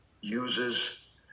uses